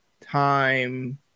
Time